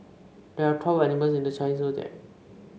there are twelve animals in the Chinese Zodiac